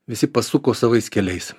visi pasuko savais keliais